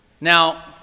Now